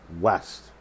West